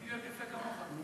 כדי להיות יפה כמוך.